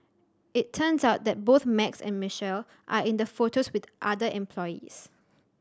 it turns out that both Max and Michelle are in the photos with other employees